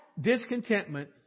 discontentment